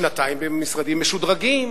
שנתיים במשרדים משודרגים,